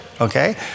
Okay